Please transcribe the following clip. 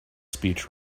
speech